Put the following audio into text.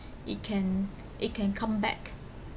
it can it can come back